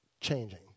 changing